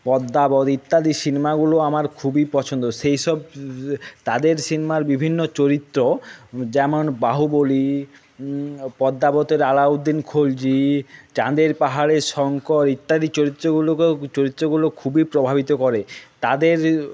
পদ্মাবত ইত্যাদি সিনমাগুলো আমার খুবই পছন্দ সেই সব তাদের সিনমার বিভিন্ন চরিত্র যেমন বাহুবলী পদ্মাবতের আলাউদ্দিন খিলজি চাঁদের পাহাড়ের শংকর ইত্যাদি চরিত্রগুলোকেও চরিত্রগুলো খুবই প্রভাবিত করে তাদের